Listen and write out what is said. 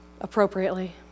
appropriately